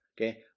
Okay